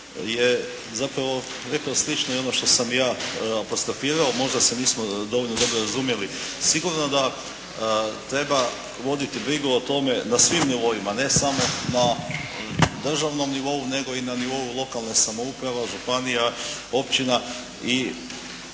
je zapravo rekao slično i ono što sam ja apostrofirao. Možda se nismo dovoljno dobro razumjeli. Sigurno da treba voditi brigu o tome da svim nivoima, ne samo na državnom nivou, nego i na nivou lokalne samouprave, županija, općina.